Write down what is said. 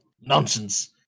nonsense